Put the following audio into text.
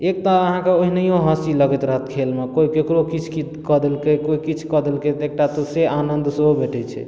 एक तऽ अहाँ ओनेहियो हँसी लगैत रहत खेल मे कोइ केकरो किछु कऽ देलकै कोइ किछु कऽ देलकै तऽ एकटा तऽ से आनंद सेहो भेटय छै